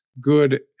good